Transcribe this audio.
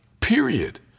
Period